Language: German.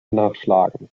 nachschlagen